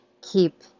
keep